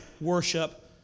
worship